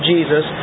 Jesus